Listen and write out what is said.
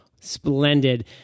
splendid